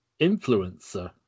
influencer